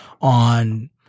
on